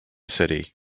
city